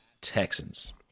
Texans